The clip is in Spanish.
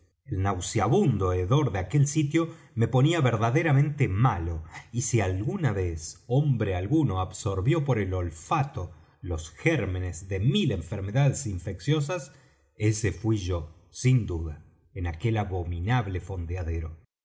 nauseabundo hedor de aquel sitio me ponía verdaderamente malo y si alguna vez hombre alguno absorbió por el olfato los gérmenes de mil enfermedades infecciosas ese fuí yo sin duda en aquel abominable fondeadero